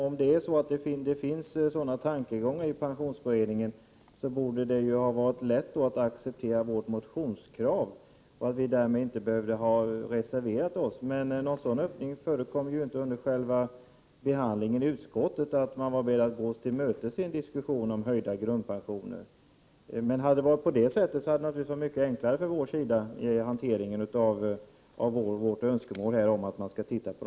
Om det finns sådana tankegångar i pensionsberedningen borde det ha varit lätt att acceptera vårt motionskrav, och vi skulle då inte ha behövt reservera oss i utskottet. Men någon diskussion om att socialdemokraterna var beredda att gå oss till mötes i en diskussion om höjda grundpensioner förekom ju inte i utskottet. Om det hade varit på det sättet hade det naturligtvis varit mycket enklare för oss vid hanteringen av vårt önskemål om att studera möjligheterna på detta område.